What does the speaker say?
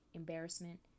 embarrassment